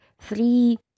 three